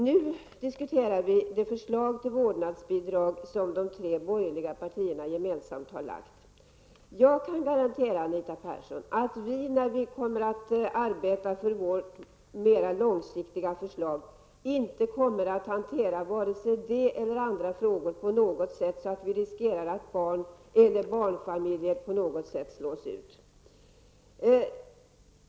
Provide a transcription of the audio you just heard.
Vi diskuterar nu det förslag till vårdnadsbidrag som de tre borgerliga partierna gemensamt har lagt fram. Jag kan garantera, Anita Persson, att vi när vi kommer att arbeta för vårt mera långsiktiga förslag inte kommer att hantera det eller andra frågor på ett sådant sätt att vi riskerar att barn eller barnfamiljer på något sätt slås ut.